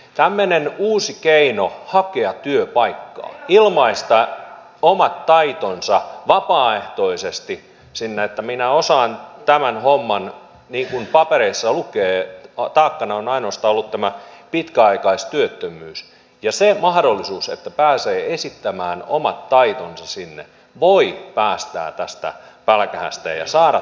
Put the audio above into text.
tämmöinen uusi keino hakea työpaikkaa ilmaista vapaaehtoisesti omat taitonsa että minä osaan tämän homman niin kuin papereissa lukee taakkana on ainoastaan ollut tämä pitkäaikaistyöttömyys se mahdollisuus että pääsee esittämään omat taitonsa sinne voi päästää tästä pälkähästä ja auttaa saamaan työpaikan